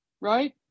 right